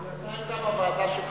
ההמלצה הייתה בוועדה שלך.